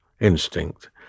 instinct